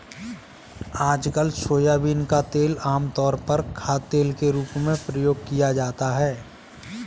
आजकल सोयाबीन का तेल आमतौर पर खाद्यतेल के रूप में प्रयोग किया जाता है